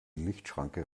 lichtschranke